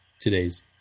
today's